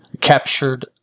captured